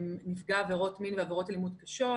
נפגע עבירות מין ועבירות אלימות קשות